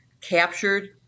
captured